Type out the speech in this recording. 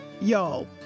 y'all